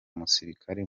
musirikare